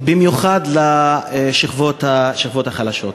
במיוחד לשכבות החלשות.